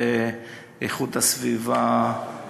הגנת הסביבה,